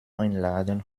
einladen